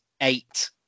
eight